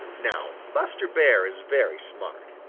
now buster bear is very smart.